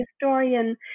historian